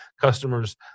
customers